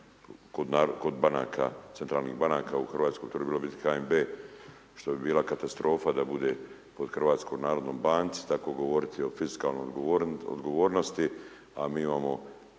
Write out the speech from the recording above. kod banaka, centralnih banaka u Hrvatskoj bi trebalo biti HNB, što bi bila katastrofa da bude pod HNB tako govoriti o fiskalnoj odgovornosti, a mi imamo guvernera,